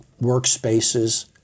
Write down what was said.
workspaces